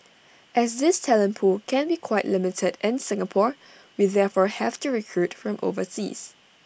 as this talent pool can be quite limited in Singapore we therefore have to recruit from overseas